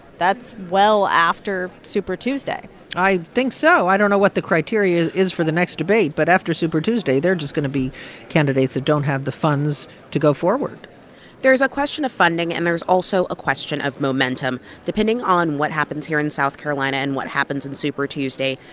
that's well after super tuesday i think so. i don't know what the criteria is for the next debate. but after super tuesday, there are just going to be candidates that don't have the funds to go forward there's a question of funding, and there's also a question of momentum. depending on what happens here in south carolina and what happens in super tuesday,